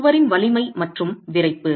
சுவரின் வலிமை மற்றும் விறைப்பு